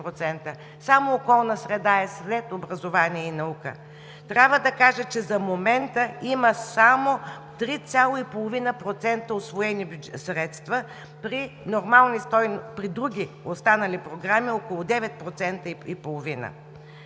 Само „околна среда“ е след „образование и наука“. Трябва да кажа, че за момента има само 3,5% усвоени средства, при други останали програми – около 9,5%.